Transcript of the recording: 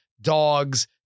dogs